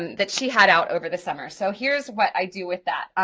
that she had out over the summer, so here's what i do with that.